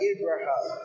Abraham